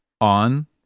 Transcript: on